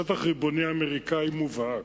בשטח ריבוני אמריקני מובהק,